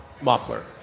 muffler